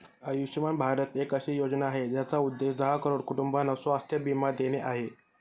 आयुष्यमान भारत एक अशी योजना आहे, ज्याचा उद्देश दहा करोड कुटुंबांना स्वास्थ्य बीमा देणे आहे